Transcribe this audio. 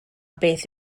beth